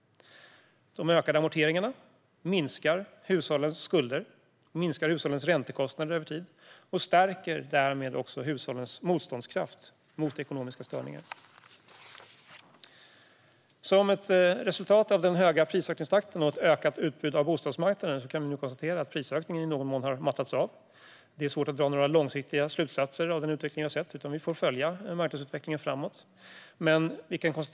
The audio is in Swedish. De ökade amorteringarna minskar hushållens skulder och räntekostnader över tid och stärker därmed deras motståndskraft mot ekonomiska störningar. Vi kan konstatera att som ett resultat av den höga prisökningstakten och ett ökat utbud på bostadsmarknaden har prisökningen i någon mån mattats av. Det är svårt att dra några långsiktiga slutsatser av den utveckling vi har sett, utan vi får följa marknadsutvecklingen framåt.